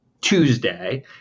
Tuesday